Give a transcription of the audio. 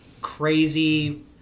crazy